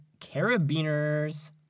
Carabiners